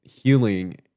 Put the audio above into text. healing